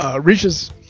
reaches